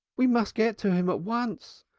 we must get to him at once!